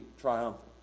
triumphant